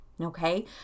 Okay